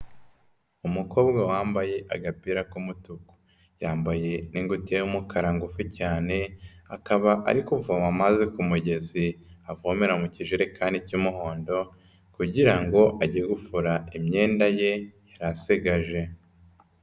Umukobwa wambaye agapira k'umutuku, yambaye n'ingutiya y'umukara ngufi cyane akaba ari kuvoma maze ku mugezi avomera mu kijerekani cy'umuhondo kugira ngo ajye gufura imyenda ye yari asigaje.